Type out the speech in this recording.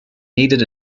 needed